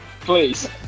Please